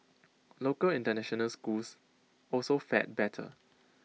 local International schools also fared better